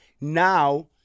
now